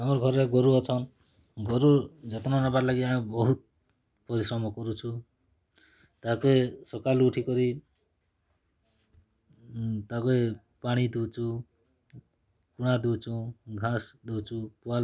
ଆମର୍ ଏରିଆନେ ବି ଅଛନ୍ ଆରୁ ଡାଇଷ୍ଟୋକ୍ ମାନେ ମନେ ଯେନ୍ ଟା ପ୍ରାଣୀ ଚିକିତ୍ସକ୍ ବୋଲଛନ୍ ତାକେ ଓଡ଼ିଆ ଭାଷନେ ସେମାନେ ଅଛନ୍ ଟମନ୍ କ୍ଵାଟର୍ ବି ଅଛି ସେମାନେ ଆସିକରି ଆମ୍ ଏଇନା ସବୁ ପଶୁ ପକ୍ଷୀ କେ ଇଞ୍ଜେକ୍ସନ୍ ଦଉଛନ୍ ଟୀକାକରଣ କରୁଛନ୍ ମାସ୍ କେ ମାସ୍